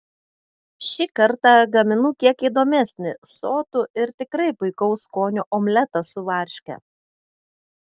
šį kartą gaminu kiek įdomesnį sotų ir tikrai puikaus skonio omletą su varške